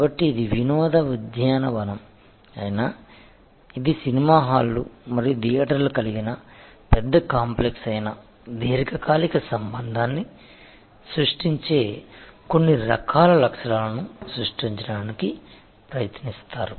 కాబట్టి ఇది వినోద ఉద్యానవనం అయినా ఇది సినిమా హాళ్ళు మరియు థియేటర్లు కలిగిన పెద్ద కాంప్లెక్స్ అయినా దీర్ఘకాలిక సంబంధాన్ని సృష్టించే కొన్ని రకాల లక్షణాలను సృష్టించడానికి ప్రయత్నిస్తారు